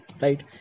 right